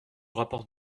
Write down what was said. rapporte